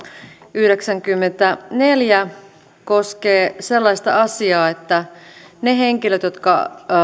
yhdeksänkymmentäneljä kautta kaksituhattaviisitoista vp koskee sellaista asiaa että ne henkilöt jotka